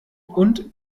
und